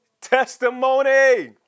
testimony